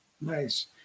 Nice